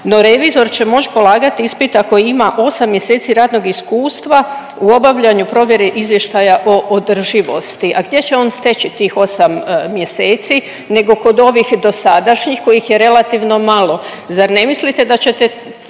no revizor će moć polagat ispit ako ima 8 mjeseci radnog iskustva u obavljanju provjere izvještaja o održivosti, a gdje će on steći tih 8 mjeseci nego kod ovih dosadašnjih kojih je relativno malo. Zar ne mislite da ćete